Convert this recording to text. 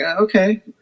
okay